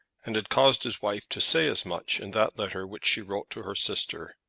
and had caused his wife to say as much in that letter which she wrote to her sister.